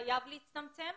חייב להתקצר.